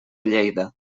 lleida